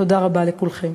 תודה רבה לכולכם.